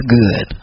good